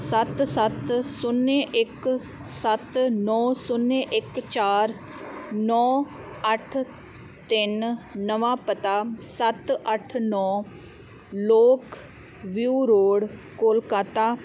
ਸੱਤ ਸੱਤ ਸੁਨੇ ਇੱਕ ਸੱਤ ਨੌਂ ਸੁਨੇ ਇੱਕ ਚਾਰ ਨੌਂ ਅੱਠ ਤਿੰਨ ਨਵਾਂ ਪਤਾ ਸੱਤ ਅੱਠ ਨੌਂ ਲੇਕ ਵਿਊ ਰੋਡ ਕੋਲਕਾਤਾ